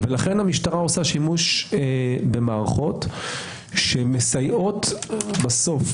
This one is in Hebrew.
לכן המשטרה עושה שימוש במערכות שמסייעות בסוף